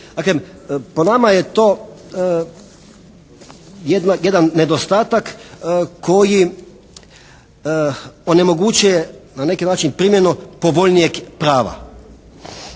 po nama je to jedan nedostatak koji onemogućuje na neki način primjenu povoljnijeg prava.